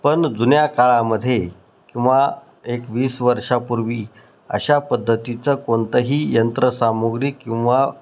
पण जुन्या काळामध्ये किंवा एक वीस वर्षापूर्वी अशा पद्धतीचं कोणतंही यंत्रसामुग्री किंवा